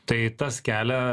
tai tas kelia